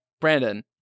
Brandon